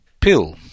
pill